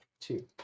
Two